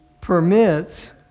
permits